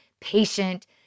patient